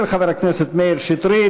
של חבר הכנסת מאיר שטרית,